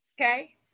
okay